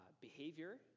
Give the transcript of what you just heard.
behavior